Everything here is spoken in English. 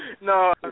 no